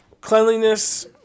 Cleanliness